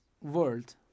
world